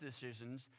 decisions